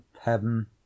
Heaven